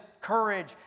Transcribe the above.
courage